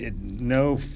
no